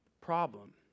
problem